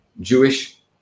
Jewish